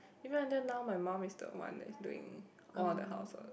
even until now my mum is still the one that's doing all the housework